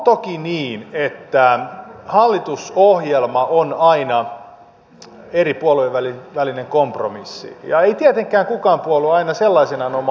on toki niin että hallitusohjelma on aina eri puolueiden välinen kompromissi eikä tietenkään mikään puolue sinne aina sellaisenaan omaa ohjelmaansa saa